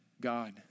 God